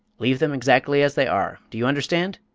leave them exactly as they are, do you understand?